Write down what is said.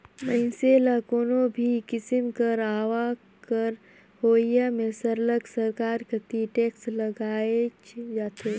मइनसे ल कोनो भी किसिम कर आवक कर होवई में सरलग सरकार कती टेक्स लगाएच जाथे